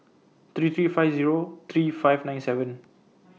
three three five Zero three five nine seven